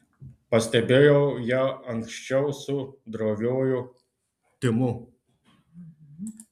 pastebėjau ją anksčiau su droviuoju timu